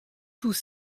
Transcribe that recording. tous